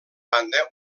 banda